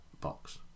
box